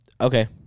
Okay